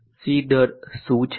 C દર શું છે